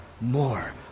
more